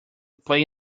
play